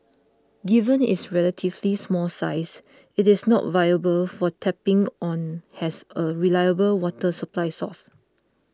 given its relatively small size it is not viable for tapping on as a reliable water supply source